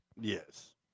yes